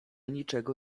niczego